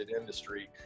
industry